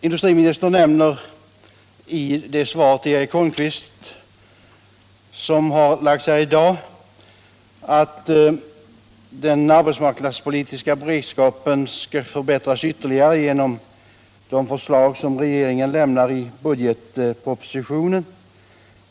Industriministern säger i sitt svar på Eric Holmqvists interpellation att den arbetsmarknadspolitiska beredskapen skall förbättras ytterligare genom de förslag som regeringen lägger fram i budgetpropositionen.